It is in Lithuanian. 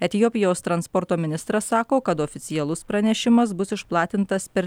etiopijos transporto ministras sako kad oficialus pranešimas bus išplatintas per